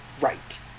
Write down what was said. right